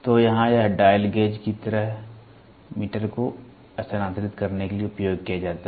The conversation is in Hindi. तो यहाँ यह डायल गेज की तरह मीटर को स्थानांतरित करने के लिए उपयोग किया जाता है